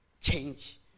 change